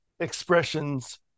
Expressions